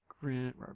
Grant